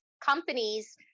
companies